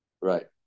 Right